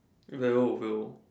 will will